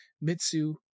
Mitsu